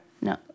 No